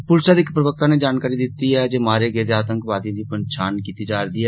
पुलसै दे इक पवक्ता नै जानकारी दित्ती ऐ जे मारे गेदे आतंकवादिएं दी पंछान कीती जा'रदी ऐ